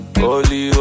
holy